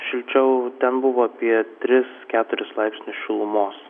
šilčiau ten buvo apie tris keturis laipsnius šilumos